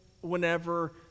whenever